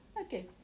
Okay